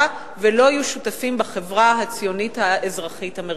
ולא יהיו שותפים בחברה הציונית האזרחית המרכזית.